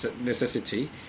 necessity